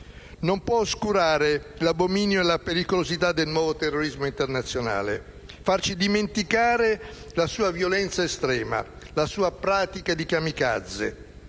non può oscurare l'abominio e la pericolosità del nuovo terrorismo internazionale, farci dimenticare la sua violenza estrema, la sua pratica di *kamikaze*,